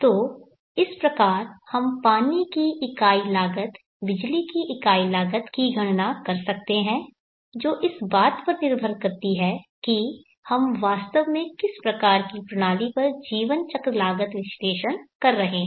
तो इस प्रकार हम पानी की इकाई लागत बिजली की इकाई लागत की गणना कर सकते हैं जो इस बात पर निर्भर करती है कि हम वास्तव में किस प्रकार की प्रणाली पर जीवन चक्र लागत विश्लेषण कर रहे हैं